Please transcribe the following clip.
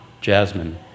jasmine